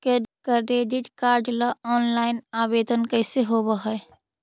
Credit card ल online आवेदन कैसे होब है?